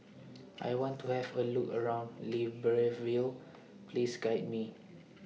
I want to Have A Look around Libreville Please Guide Me